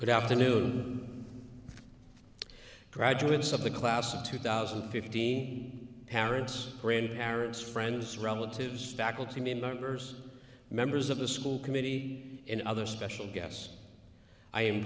good afternoon graduates of the class of two thousand and fifteen parents grandparents friends relatives faculty members members of the school committee and other special guest i am